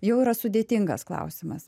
jau yra sudėtingas klausimas